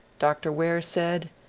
dr. ware said,